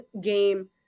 game